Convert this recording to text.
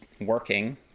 working